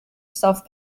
self